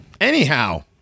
Anyhow